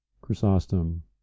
Chrysostom